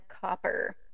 Copper